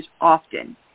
often